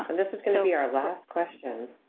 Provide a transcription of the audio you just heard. ah this is gonna be our last question.